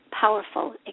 powerful